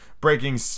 breaking